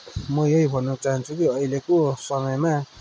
म यही भन्न चाहन्छु कि अहिलेको समयमा